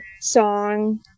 song